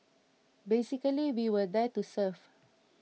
basically we were there to serve